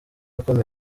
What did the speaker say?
akomeye